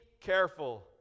careful